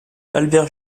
albert